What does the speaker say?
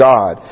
God